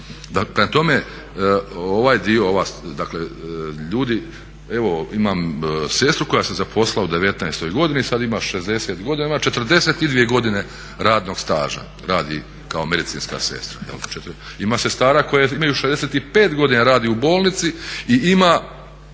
Prema tome, ovaj dio dakle ljudi imam sestru koja se zaposlila u 19 godini, sada ima 60 godina, ima 42 godine radnog staža, radi kao medicinska sestra. Ima sestara koje imaju 65 godina, radi u bolnici i ima